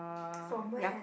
from where